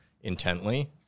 intently